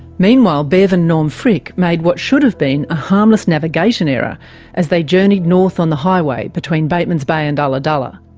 meanwhile, bev and norm fricke made what should have been a harmless navigation error as they journeyed north on the highway between batemans bay and ulladulla.